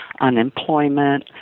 unemployment